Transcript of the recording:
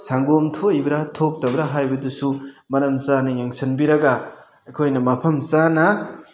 ꯁꯪꯒꯣꯝ ꯊꯣꯛꯏꯕ꯭ꯔꯥ ꯊꯣꯛꯇꯕ꯭ꯔꯥ ꯍꯥꯏꯕꯗꯨꯁꯨ ꯃꯔꯝ ꯆꯥꯅ ꯌꯦꯡꯁꯟꯕꯤꯔꯒ ꯑꯩꯈꯣꯏꯅ ꯃꯐꯝ ꯆꯥꯅ